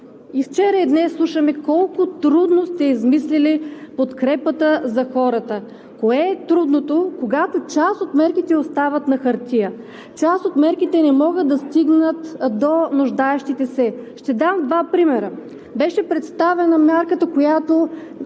вчера, и днес слушаме колко трудно сте измислили подкрепата за хората. Кое е трудното, когато част от мерките остават на хартия!? Част от мерките не могат да стигнат до нуждаещите се. Ще дам два примера. Беше представена мярката, която